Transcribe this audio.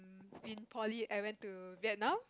in poly I went to Vietnam